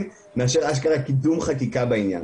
מאשר קידום חקיקה בעניין.